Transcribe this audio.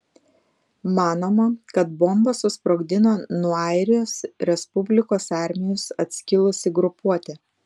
manoma kad bombą susprogdino nuo airijos respublikos armijos atskilusi grupuotė